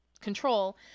Control